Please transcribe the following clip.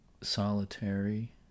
solitary